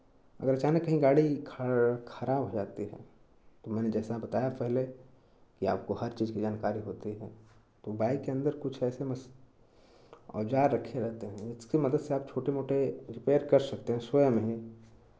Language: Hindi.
अगर अचानक कहीं गाड़ी खड़ खराब हो जाती है तो मैंने जैसा बताया पहले कि आपको हर चीज़ की जानकारी होती है तो बाइक के अंदर कुछ ऐसे मस औजार रखे रहेते हैं जिसकी मदद से आप छोटे मोटे रिपेयर कर सकते हैं स्वयं ही